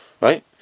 right